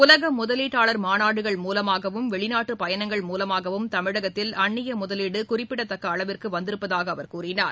உலக முதலீட்டாளர் மாநாடுகள் மூலமாகவும் வெளிநாட்டுப் பயணங்கள் மூலமாகவும் தமிழகத்தில் அந்நிய முதலீடு குறிப்பிடத்தக்க அளவிற்கு வந்திருப்பதாக அவர் கூறினார்